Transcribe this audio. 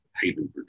haven